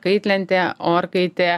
kaitlentė orkaitė